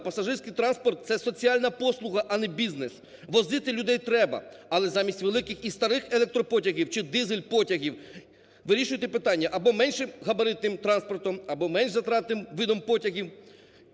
пасажирський транспорт – це соціальна послуга, а не бізнес. Возити людей треба, але замість великих і старих електропотягів чи дизель-потягів вирішуйте питання, або менш габаритним транспортом, або менш затратним видом потягів.